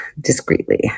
discreetly